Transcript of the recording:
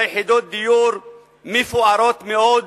יחידות דיור מפוארות מאוד,